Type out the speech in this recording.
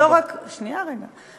שנייה, רגע.